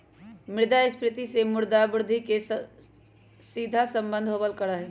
मुद्रास्फीती से मुद्रा वृद्धि के सीधा सम्बन्ध होबल करा हई